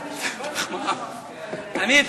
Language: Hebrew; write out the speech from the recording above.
זה מחמאה.